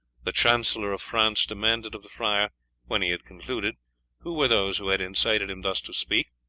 the chancellor of france demanded of the friar when he had concluded who were those who had incited him thus to speak,